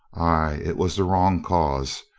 ay, it was the wrong cause.